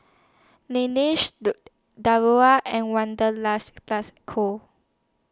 Laneige Diadora and Wanderlust Plus Co